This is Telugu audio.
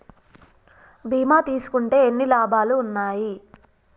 బీమా తీసుకుంటే ఎన్ని లాభాలు ఉన్నాయి?